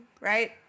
Right